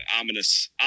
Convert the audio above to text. Ominous